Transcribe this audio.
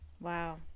wow